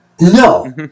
No